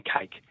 cake